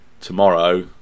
tomorrow